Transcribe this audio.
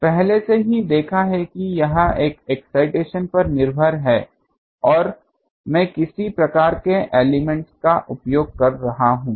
पहले से ही देखा है कि ये एक एक्साइटेशन पर निर्भर हैं और मैं किस प्रकार के एलिमेंट का उपयोग कर रहा हूं